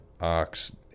ox-